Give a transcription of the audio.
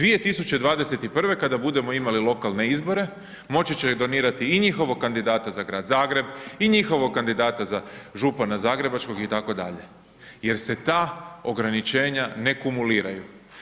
2021. kada budemo imali lokalne izbore, moći će donirati i njihovog kandidata za Grad Zagreb i njihovog kandidata za župana zagrebačkog itd., jer se ta ograničenja ne kumuliraju.